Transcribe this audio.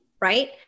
right